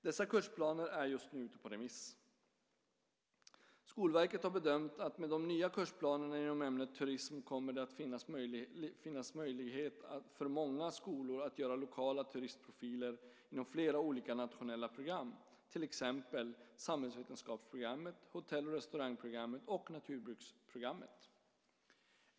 Dessa kursplaner är just nu ute på remiss. Skolverket har bedömt att med de nya kursplanerna inom ämnet turism kommer det att finnas möjlighet för många skolor att göra lokala turistprofiler inom flera olika nationella program, till exempel samhällsvetenskapsprogrammet, hotell och restaurangprogrammet och naturbruksprogrammet.